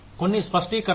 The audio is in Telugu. కొన్ని స్పష్టీకరణలు